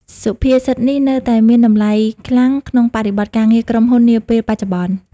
សុភាសិតនេះនៅតែមានតម្លៃខ្លាំងក្នុងបរិបទការងារក្រុមហ៊ុននាពេលបច្ចុប្បន្ន។